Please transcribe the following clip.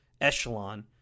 echelon